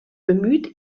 bemüht